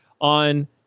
on